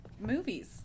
movies